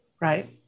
Right